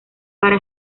para